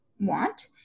want